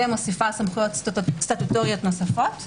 ומוסיפה סמכויות סטטוטוריות נוספות.